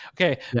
Okay